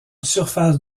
surface